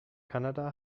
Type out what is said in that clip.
kanada